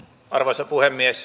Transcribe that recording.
arvoisa puhemies